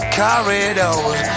corridors